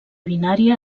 binària